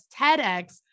TEDx